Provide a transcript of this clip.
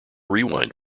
rewind